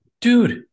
Dude